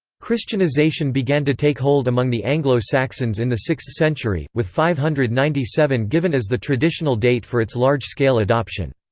christianization began to take hold among the anglo-saxons in the sixth century, with five hundred and ninety seven given as the traditional date for its large-scale adoption.